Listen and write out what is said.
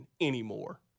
anymore